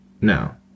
No